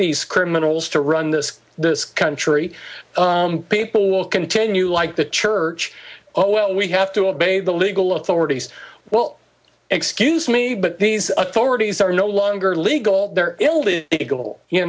these criminals to run this this country people will continue like the church oh well we have to obey the legal authorities well excuse me but these authorities are no longer legal